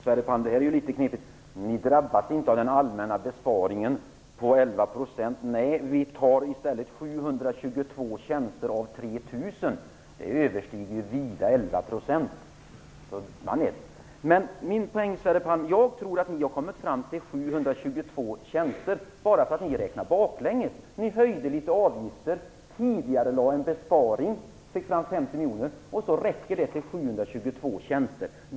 Herr talman! Det här är ju litet knepigt, Sverre Palm. Utskottet låter inte Tullverket drabbas av den allmänna besparingen på 11 %, sade Sverre Palm. Nej, ni tar i stället bort 722 tjänster av 3 000! Det överstiger vida 11 %! Jag tror att ni har kommit fram till 722 tjänster bara för att ni räknar baklänges. Ni höjde en del avgifter och tidigarelade en besparing och fick på det senare fram 50 miljoner, och så räcker det till 722 tjänster!